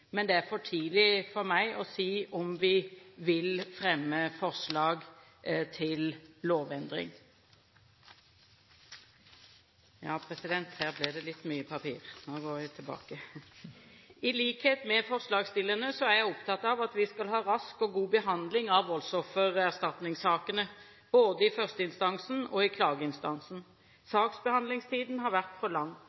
Men det er for tidlig for meg å si om vi vil fremme forslag til lovendring. I likhet med forslagsstillerne er jeg opptatt av at vi skal ha en rask og god behandling av voldsoffererstatningssakene, både i førsteinstansen og i klageinstansen.